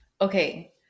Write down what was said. Okay